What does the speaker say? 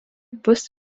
bus